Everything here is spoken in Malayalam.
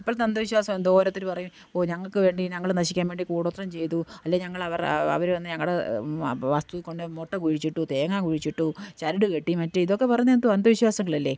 ഇപ്പോഴത്ത അന്ധവിശ്വാസം എന്തോ ഓരോരുത്തർ പറയും ഓഹ് ഞങ്ങൾക്ക് വേണ്ടി ഞങ്ങൾ നശിക്കാൻ വേണ്ടി കൂടോത്രം ചെയ്തു അല്ലെങ്കിൽ ഞങ്ങൾ അവരുടെ അവർ വന്ന് ഞങ്ങളുടെ വസ്തു കൊണ്ടുപോയി മുട്ട കുഴിച്ചിട്ടു തേങ്ങ കുഴിച്ചിട്ടു ചരട് കെട്ടി മറ്റെ ഇതൊക്കെ പറഞ്ഞാൽ എന്തുവാണ് അന്ധവിശ്വാസങ്ങളല്ലേ